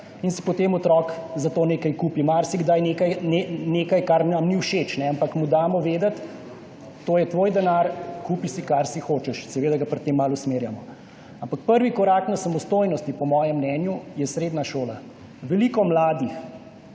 in si potem otrok za to nekaj kupi. Marsikdaj si kupi nekaj, kar nam ni všeč, ampak mu damo vedeti, to je tvoj denar, kupi si, kar si hočeš. Seveda ga pa pri tem malo usmerjamo. Ampak prvi korak do samostojnosti je po mojem mnenju srednja šola. Veliko mladih